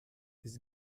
this